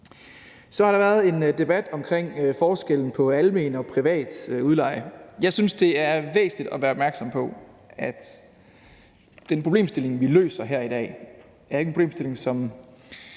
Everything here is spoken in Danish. Så har det været en debat om forskellen på almen og privat udlejning. Jeg synes, det er væsentligt at være opmærksom på, at den problemstilling, vi løser her i dag, ikke er en problemstilling, der